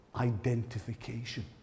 identification